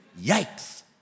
Yikes